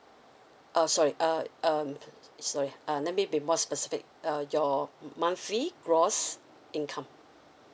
uh sorry uh um sorry let me be more specific uh your monthly gross income